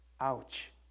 ouch